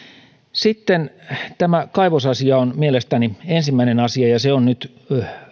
tämä kaivosasia on mielestäni ensimmäinen asia ja se on nyt